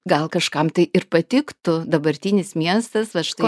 gal kažkam tai ir patiktų dabartinis miestas vat štai